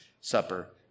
supper